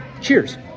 cheers